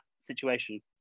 situation